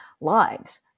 lives